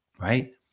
right